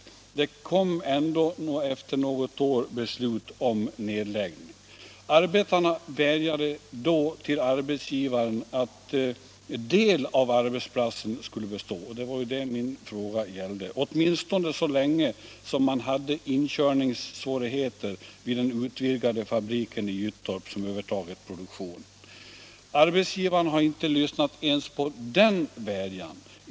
Det kom ändå efter något år beslut om nedläggning. Arbetarna vädjade då till arbetsgivaren att del av arbetsplatsen skulle få bestå — det var ju detta min fråga gällde — åtminstone så länge som man hade inkörningssvårigheter vid den utvidgade fabriken i Gyttorp, som övertagit produktionen. Arbetsgivaren har inte lyssnat ens på denna vädjan.